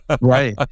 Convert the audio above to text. Right